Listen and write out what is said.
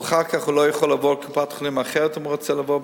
אחר כך לא יכול לעבור לקופת-חולים אחרת אם הוא רוצה לעבור,